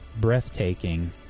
breathtaking